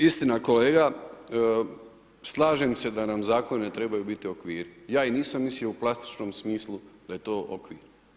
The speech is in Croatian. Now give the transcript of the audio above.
Istina kolega, slažem da nam zakoni trebaju biti okviri, ja ih nisam mislio u plastičnom smislu da je to okvir.